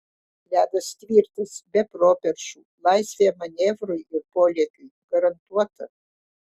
ledas tvirtas be properšų laisvė manevrui ir polėkiui garantuota